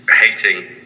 hating